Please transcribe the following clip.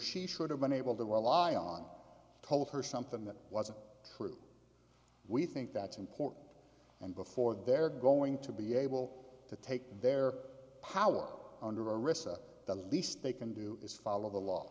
she should have been able to rely on told her something that wasn't true we think that's important and before they're going to be able to take their power under arista the least they can do is follow the law